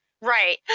Right